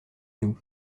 nous